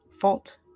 fault